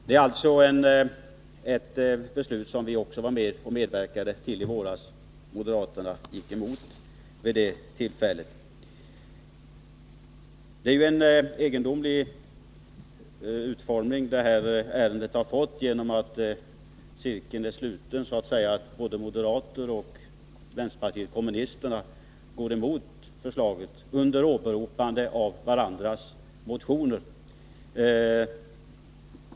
Det beslutet ställde alltså vi socialdemokrater oss bakom i våras, medan moderaterna gick emot det. Till sist: Detta ärende har fått ett egendomligt förlopp — cirkeln är så att säga sluten — genom att både moderaterna och vänsterpartiet kommunisterna går emot föreliggande förslag under åberopande av sina motioner.